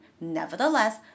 Nevertheless